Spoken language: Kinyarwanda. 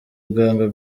rwanga